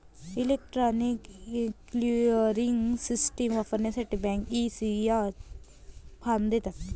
electronic clearing system वापरण्यासाठी bank, ECS form देतात